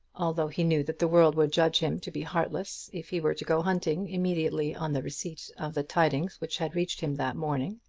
although he knew that the world would judge him to be heartless if he were to go hunting immediately on the receipt of the tidings which had reached him that morning.